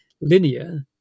linear